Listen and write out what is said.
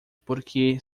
porque